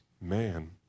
man